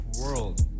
world